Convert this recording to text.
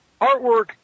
artwork